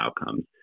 outcomes